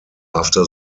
after